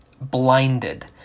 blinded